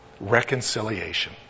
Reconciliation